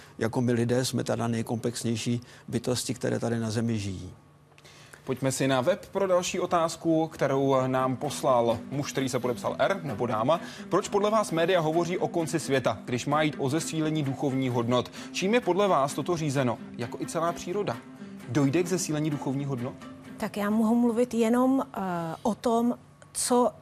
Jako my lidé jsme tady nejkomplexnější bytosti, které tady na Zemi žijí. Pojďme si na web pro další otázku, kterou nám poslal muž, který se podepsal R, nebo dáma. Proč podle vás média hovoří o konci světa, když má jít o zesílení duchovních hodnot? Čím je podle vás toto řízeno, jako i celá příroda? Dojde k zesílení duchovních hodnot? Tak já mohu mluvit jenom, eh, o tom, co